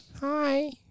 hi